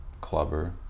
clubber